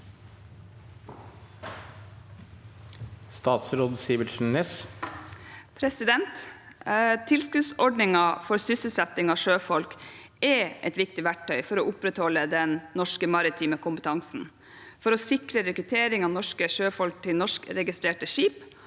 Til- skuddsordningen for sysselsetting av sjøfolk er et viktig verktøy for å opprettholde den norske maritime kompetansen, for å sikre rekruttering av norske sjøfolk til norskregistrerte skip